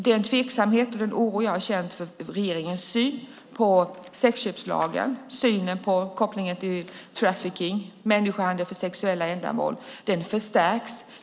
Den tveksamhet och oro jag har känt över regeringens syn på sexköpslagen och kopplingen till trafficking, människohandel för sexuella ändamål, förstärks.